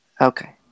Okay